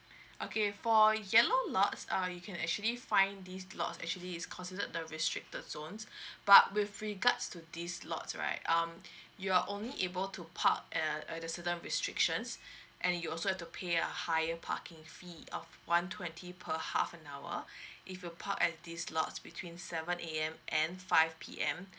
okay for yellow lots uh you can actually find these lots actually it's considered the restricted zones but with regards to these lots right um you are only able to park uh at the certain restrictions and you also have to pay a higher parking fee of one twenty per half an hour if you park at these lots between seven P_M and five P_M